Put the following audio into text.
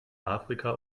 afrika